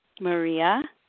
Maria